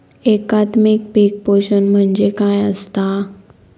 एकात्मिक पीक पोषण म्हणजे काय असतां?